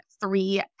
three